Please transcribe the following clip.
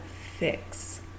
fix